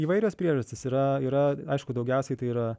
įvairios priežastys yra yra aišku daugiausiai tai yra